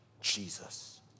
Jesus